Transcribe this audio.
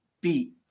beat